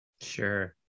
Sure